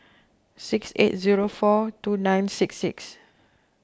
six eight zero four two nine six six